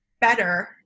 better